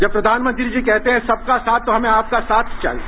जब प्रधानमंत्री जी कहते हैं कि सबका साथ तो हमें आपका साथ चाहिए